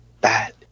bad